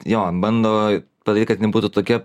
jo bando padaryt kad jin būtų tokia